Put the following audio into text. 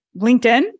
LinkedIn